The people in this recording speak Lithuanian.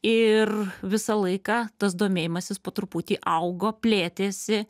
ir visą laiką tas domėjimasis po truputį augo plėtėsi